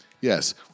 Yes